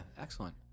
excellent